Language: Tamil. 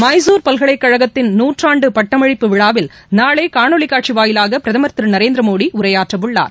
ளமகுர் பல்கலைக்கழகத்தின் நூற்றாண்டு பட்டமளிப்பு விழாவில் நாளை காணொளி கட்சி வாயிலாக பிரதமர் திரு நரேந்திர மோடி உரையாற்றவுள்ளார்